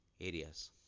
areas